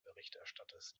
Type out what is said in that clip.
berichterstatters